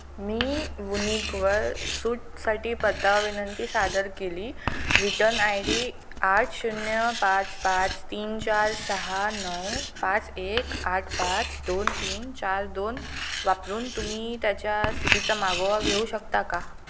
मी वुनिकवर सूटसाठी पत्ता विनंती सादर केली रिटर्न आय डी आठ शून्य पाच पाच तीन चार सहा नऊ पाच एक आठ पाच दोन तीन चार दोन वापरून तुम्ही त्याच्या स्थितीचा मागोवा घेऊ शकता का